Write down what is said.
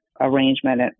arrangement